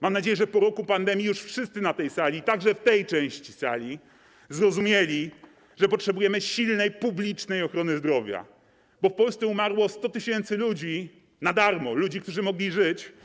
Mam nadzieję, że po roku pandemii już wszyscy na tej sali, także w tej części sali, zrozumieli, że potrzebujemy silnej publicznej ochrony zdrowia, bo w Polsce umarło 100 tys. ludzi na darmo, ludzi, którzy mogli żyć.